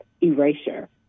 erasure